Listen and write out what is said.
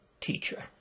teacher